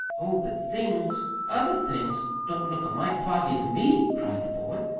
oh, but things other things don't look a mite foggy to me, cried the boy.